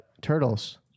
turtles